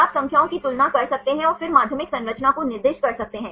आप प्लेन को बना सकते हैं सही प्लेन का समीकरण क्या है